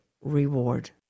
reward